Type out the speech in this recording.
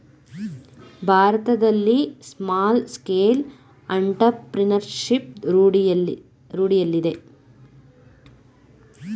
ಭಾರತದಲ್ಲಿ small scale entrepreneurship ರೂಢಿಯಲ್ಲಿದೆ